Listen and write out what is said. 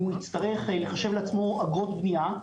הוא יצטרך לחשב לעצמו אגרות בנייה,